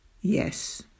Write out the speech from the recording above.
Yes